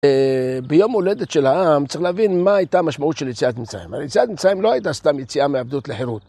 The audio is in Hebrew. ביום הולדת של העם צריך להבין מה הייתה המשמעות של יציאת מצרים. יציאת מצרים לא הייתה סתם יציאה מעבדות לחירות.